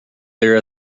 there